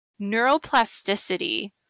neuroplasticity